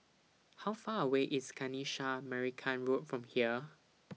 How Far away IS Kanisha Marican Road from here